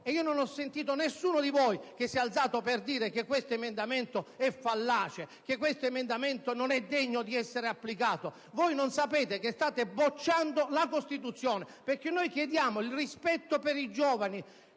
- e non ho sentito nessuno di voi che si sia alzato per dire che questo emendamento è fallace e che non è degno di essere applicato - voi non sapete che state bocciando la Costituzione. Noi chiediamo il rispetto per i giovani,